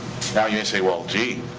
now you're gonna say, well, gee,